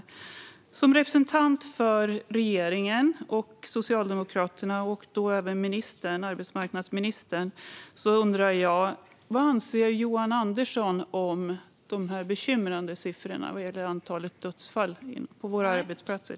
Jag undrar vad Johan Andersson som representant för regeringen, Socialdemokraterna och även arbetsmarknadsministern anser om de bekymrande siffrorna gällande antalet dödsfall på våra arbetsplatser.